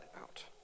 out